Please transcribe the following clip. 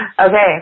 Okay